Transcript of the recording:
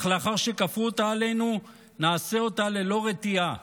אך לאחר שכפו אותה עלינו, נעשה אותה ללא רתיעה.